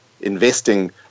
investing